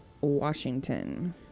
Washington